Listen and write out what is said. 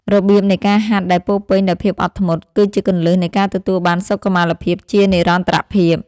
របៀបនៃការហាត់ដែលពោរពេញដោយភាពអត់ធ្មត់ គឺជាគន្លឹះនៃការទទួលបានសុខុមាលភាពជានិរន្តរភាព។